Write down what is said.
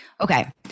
Okay